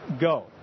go